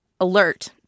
alert